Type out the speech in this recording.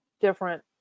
different